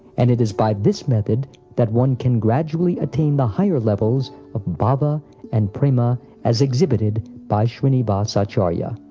and it is by this method that one can gradually attain the higher levels of bhava and prema as exhibited by shrinivas acharya.